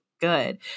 Good